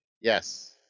Yes